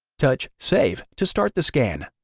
touch save to start the scan.